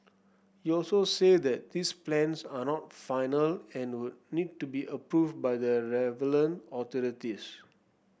he also said that these plans are not final and would need to be approved by the relevant authorities